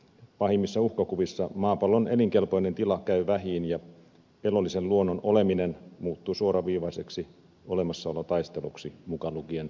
pahimmissa uhkakuvissa maapallon elinkelpoinen tila käy vähiin ja elollisen luonnon oleminen muuttuu suoraviivaiseksi olemassaolotaisteluksi mukaan lukien ihminen